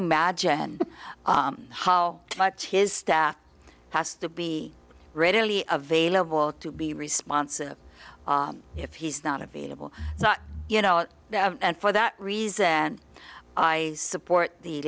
imagine how much his staff has to be readily available to be responsive if he's not available but you know and for that reason i support the